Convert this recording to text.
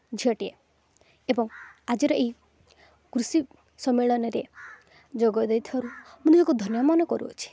ଝିଅଟିଏ ଏବଂ ଆଜିର ଏହି କୃଷି ସମ୍ମିଳନୀରେ ଯୋଗ ଦେଇଥିବାରୁ ମୁଁ ନିଜକୁ ଧନ୍ୟ ମନେକରୁଅଛି